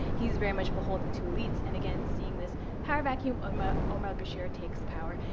he very much beholden to elites. and again, seeing this power vacuum, omar omar al-bashir takes power.